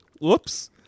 whoops